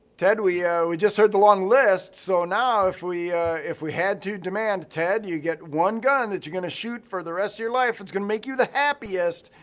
ted, we yeah we just heard the long list. so now if we if we had to demand ted, you get one gun that you're going to shoot for the rest of your life that's going to make you the happiest,